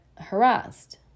harassed